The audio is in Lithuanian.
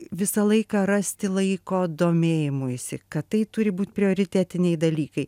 visą laiką rasti laiko domėjimuisi kad tai turi būt prioritetiniai dalykai